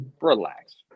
relax